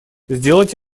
сделать